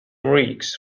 riggs